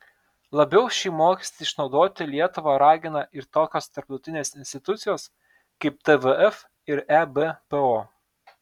labiau šį mokestį išnaudoti lietuvą ragina ir tokios tarptautinės institucijos kaip tvf ir ebpo